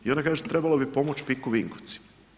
I onda kažete trebalo bi pomoći Pik Vinkovci.